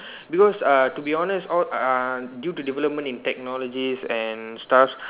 because uh to be honest all uh due to development in technologies and stuffs